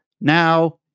now